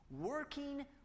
working